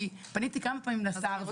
כי פניתי כמה פעמים לשר.